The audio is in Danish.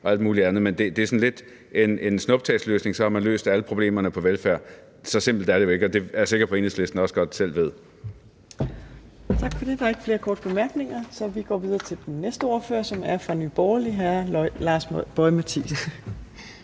og alt muligt andet, men det her er lidt en snuptagsløsning, og så har man løst alle velfærdsproblemerne. Så simpelt er det jo ikke, og det er jeg sikker på Enhedslisten også godt selv ved. Kl. 18:37 Fjerde næstformand (Trine Torp): Tak for det. Der er ikke flere korte bemærkninger, så vi går videre til den næste ordfører, som er fra Nye Borgerlige. Hr. Lars Boje Mathiesen.